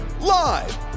live